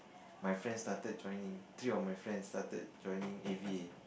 my friend started joining three of my friend started joining a_v_a